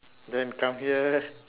then come here